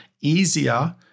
easier